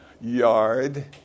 yard